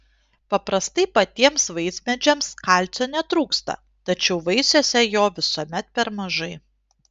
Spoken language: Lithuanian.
paprastai patiems vaismedžiams kalcio netrūksta tačiau vaisiuose jo visuomet per mažai